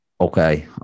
okay